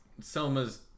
selma's